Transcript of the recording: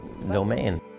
domain